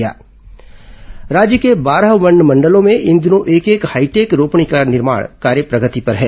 hi tech रोपणी राज्य के बारह वनमंडलों में इन दिनों एक एक हाईटेक रोपणी का निर्माण कार्य प्रगति पर है